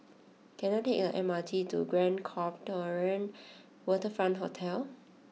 can I take the M R T to Grand Copthorne Waterfront Hotel